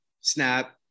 snap